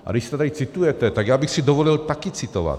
A když to tady citujete, tak já bych si dovolil taky citovat: